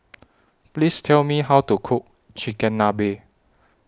Please Tell Me How to Cook Chigenabe